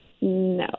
No